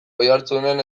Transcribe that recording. oiartzunen